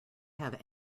have